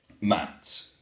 Matt